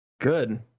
Good